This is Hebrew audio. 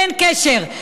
אין קשר.